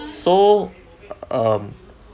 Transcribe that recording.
so um